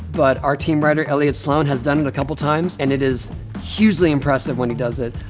but our team writer, elliot sloan, has done it a couple times, and it is hugely impressive when he does it.